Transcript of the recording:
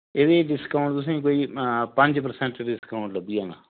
एह्दे च डिस्काउंट तुसें कोई पंज परसैंट डिस्काउंट लब्भी जाना